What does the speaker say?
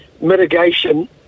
mitigation